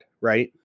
right